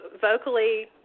vocally